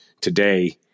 today